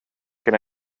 can